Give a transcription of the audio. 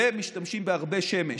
ומשתמשים בהרבה שמש,